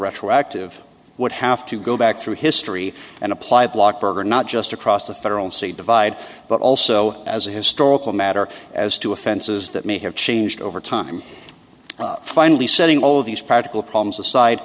retroactive would have to go back through history and apply block berger not just across the federal seat divide but also as a historical matter as to offenses that may have changed over time finally setting all of these practical problems